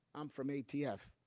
i'm from atf.